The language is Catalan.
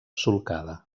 solcada